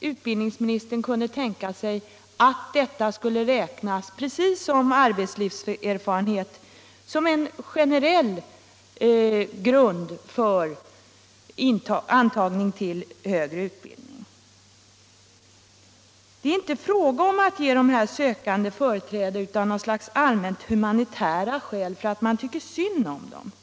utbildningsministern kunde tänka sig att vårdtagarerfarenheter precis som arbetslivserfarenhet skulle räknas som en generell grund för antagning till högre utbildning. Det är inte fråga om att ge de sökande det gäller företräde av något slags allmänt humanitära skäl, därför att man tycker synd om dem.